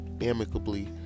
amicably